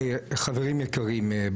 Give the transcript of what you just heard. חברים יקרים,